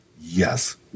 Yes